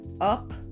up